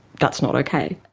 that's not ok.